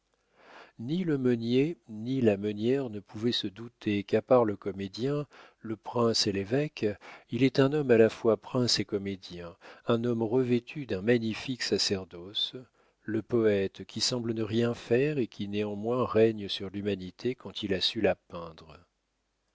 ni le meunier ni la meunière ne pouvaient se douter qu'à part le comédien le prince et l'évêque il est un homme à la fois prince et comédien un homme revêtu d'un magnifique sacerdoce le poète qui semble ne rien faire et qui néanmoins règne sur l'humanité quand il a su la peindre